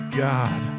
god